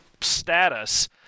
status